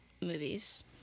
movies